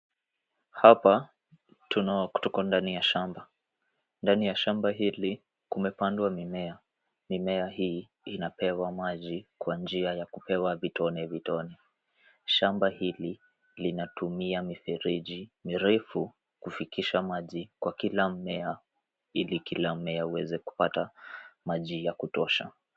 Hapa tuko ndani ya shamba. Ndani ya shamba hili kumepandwa mimea. Mimea hii inapewa maji kwa njia ya kupewa vitone vitone. Shamba hili linatumia mifereji refu kufikisha maji kwa kila mmea ili kila mmea uweze kupata maji ya kutuosha.